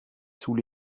sous